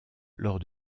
lors